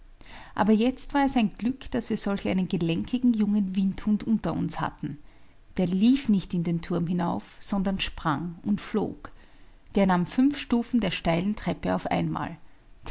aber jetzt war es ein glück daß wir solch einen gelenkigen jungen windhund unter uns hatten der lief nicht in den turm hinauf sondern sprang und flog der nahm fünf stufen der steilen treppe auf einmal